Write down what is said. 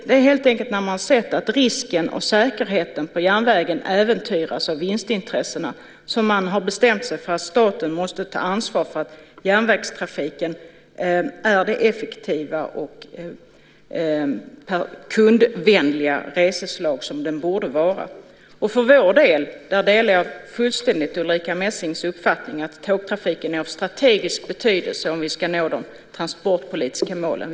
Det är helt enkelt så att man har sett att säkerheten på järnvägen äventyras av vinstintressena, och därför har man bestämt sig för att staten måste ta ansvar för att järnvägstrafiken är det effektiva och kundvänliga reseslag som den borde vara. För vår del delar jag fullständigt Ulrica Messings uppfattning att tågtrafiken är av strategisk betydelse om vi ska nå de transportpolitiska målen.